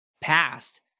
past